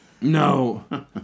No